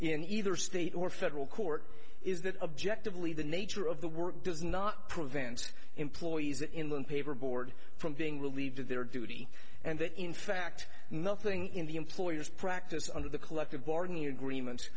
in either state or federal court is that objectively the nature of the work does not prevent employees in the paper board from being relieved of their duty and that in fact nothing in the employers practice under the collective bargaining agreement